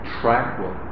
tranquil